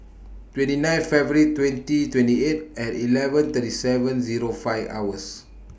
twenty nine February twenty twenty eight and eleven thirty seven Zero five hours